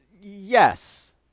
Yes